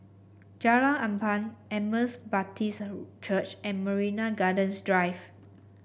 Jalan Ampang Emmaus Baptist Church and Marina Gardens Drive